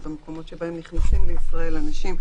במקומות שבהם נכנסים לישראל אנשים,